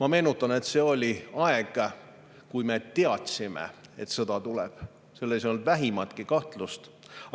Ma meenutan, et see oli aeg, kui me teadsime, et sõda tuleb, selles ei olnud vähimatki kahtlust.